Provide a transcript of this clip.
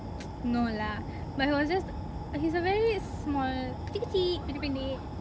no lah but he was just ah he's a very small kecil kecil pendek pendek